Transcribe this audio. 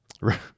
Right